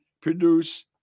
produce